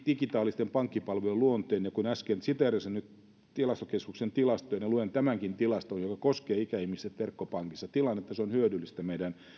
digitaalisten pankkipalvelujen luonteen ja kun äsken siteerasin tilastokeskuksen tilastoja niin luen tämänkin tilaston joka koskee ikäihmiset verkkopankissa tilannetta on hyödyllistä meidän